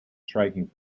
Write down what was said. striking